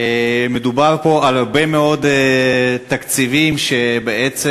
מדובר פה על הרבה מאוד תקציבים שבעצם